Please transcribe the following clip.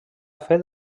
fet